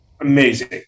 amazing